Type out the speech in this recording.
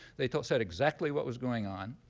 they said exactly what was going on.